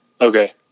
Okay